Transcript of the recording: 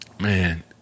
man